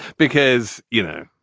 because you know,